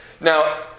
Now